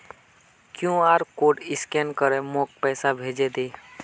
QR code scan करे मोक पैसा भेजे दे